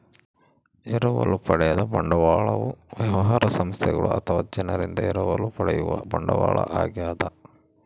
ಎರವಲು ಪಡೆದ ಬಂಡವಾಳವು ವ್ಯವಹಾರ ಸಂಸ್ಥೆಗಳು ಅಥವಾ ಜನರಿಂದ ಎರವಲು ಪಡೆಯುವ ಬಂಡವಾಳ ಆಗ್ಯದ